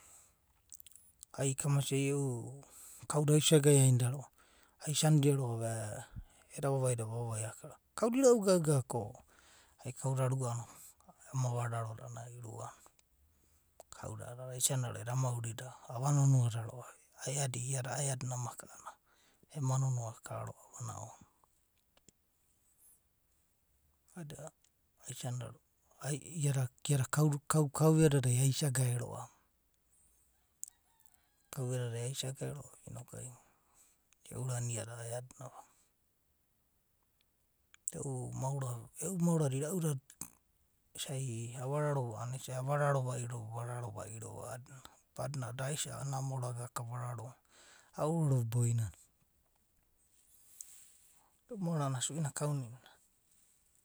Ai kamasia, ai e’u. kauda asia gae ainida roa’va aisanida roa; va vavai da ama vavai. Kauda inau gaga ko ai kauda rua no ava raro da va aisanida roa’ba eda maurina ava nona roa, aedi iadi a’adina amaka a’anana ema nonoa aka roa’va a’anana ounanai iada kauda dai aisia gae roa’va. e’u ura na iada a’adina amaka. e’u maorada irau ava raro va a’adada isai ava raro vaira vararo vairoa’adina. nana daisa’aku na maora gavaka ava raroava boinana. e’u maora na si nana kau ni’nana.